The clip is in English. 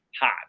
hot